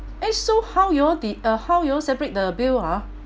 eh so how you all did uh how you all separate the bill ah